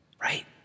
Right